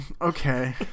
Okay